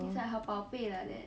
it's like her 宝贝 like that